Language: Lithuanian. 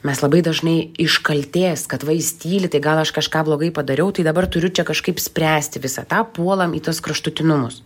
mes labai dažnai iš kaltės kad va jis tyli tai gal aš kažką blogai padariau tai dabar turiu čia kažkaip spręsti visą tą puolam į tuos kraštutinumus